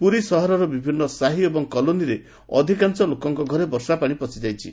ପୁରୀ ସହରର ବିଭିନ୍ ସାହି ଏବଂ କଲୋନୀର ଅଧିକାଂଶ ଲୋକଙ୍ ଘରେ ବର୍ଷାପାଶି ପଶିଯାଇଛି